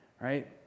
right